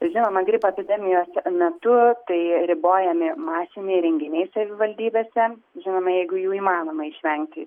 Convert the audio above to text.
žinoma gripo epidemijos metu tai ribojami masiniai renginiai savivaldybėse žinoma jeigu jų įmanoma išvengti